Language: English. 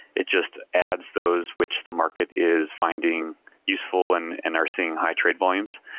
it just adds those which the market is finding useful and and are seeing high trade volumes.